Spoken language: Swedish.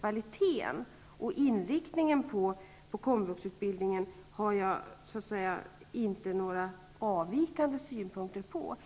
Kvaliteten och inriktningen på komvuxutbildningen har jag inte några avvikande synpunkter på.